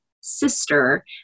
sister